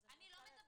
ליאורה, זה לא מה